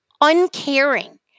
uncaring